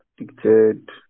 Addicted